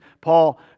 Paul